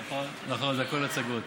נכון, נכון, זה הכול הצגות.